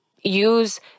use